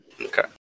Okay